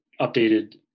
updated